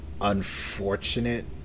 unfortunate